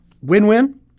Win-win